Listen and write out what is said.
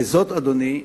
וזאת, אדוני,